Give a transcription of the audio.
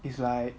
it's like